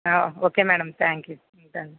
ఆ okay madam thank you ఉంటాను